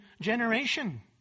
generation